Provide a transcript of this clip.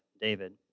David